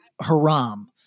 haram